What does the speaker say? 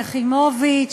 יחימוביץ,